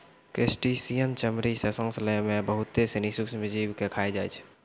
crustacean चमड़ी सें सांस लै में बहुत सिनी सूक्ष्म जीव के खाय जाय छै